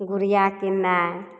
गुड़िया किननाइ